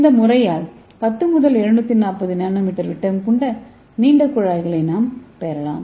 இந்த முறையால் 10 முதல் 240 என்எம் விட்டம் கொண்ட நீண்ட குழாய்களை நாம் பெறலாம்